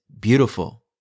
beautiful